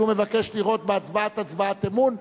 שהוא מבקש לראות בהצבעה הצבעת אמון,